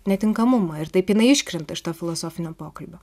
netinkamumą ir taip jinai iškrenta iš to filosofinio pokalbio